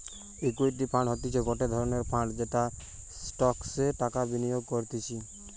equity fund হতিছে গটে ধরণের ফান্ড যেটা স্টকসে টাকা বিনিয়োগ করতিছে